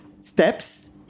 steps